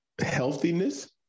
healthiness